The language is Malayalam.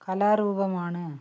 കലാരൂപമാണ്